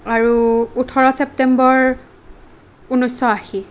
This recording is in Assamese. আৰু ওঠৰ ছেপ্টেম্বৰ ঊনৈছ আশী